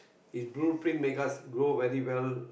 his blueprint make us grow very well